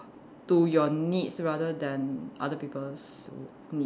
to your needs rather than other people's needs